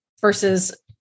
versus